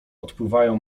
odpływają